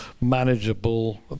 manageable